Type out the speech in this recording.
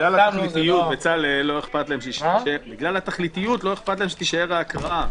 בגלל התכליתיות, לא אכפת להם שתישאר ההקראה.